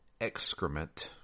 excrement